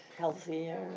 healthier